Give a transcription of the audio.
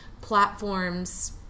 platforms